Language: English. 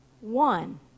One